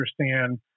understand